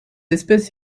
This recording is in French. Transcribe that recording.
espèce